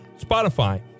Spotify